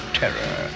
terror